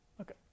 Okay